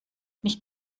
nicht